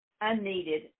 unneeded